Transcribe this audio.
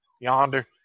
yonder